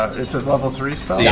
it's a level three spell? yeah